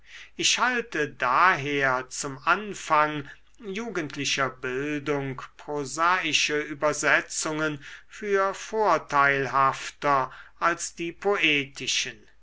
ich halte daher zum anfang jugendlicher bildung prosaische übersetzungen für vorteilhafter als die poetischen